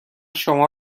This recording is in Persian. شما